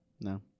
No